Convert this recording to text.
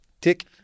tick